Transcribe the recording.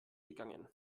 gegangen